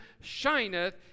shineth